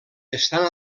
estan